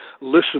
listen